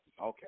Okay